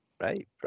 right